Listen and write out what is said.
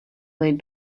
laid